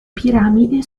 piramide